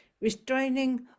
Restraining